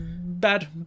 Bad